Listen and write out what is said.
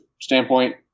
standpoint